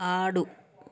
ఆడు